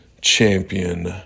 champion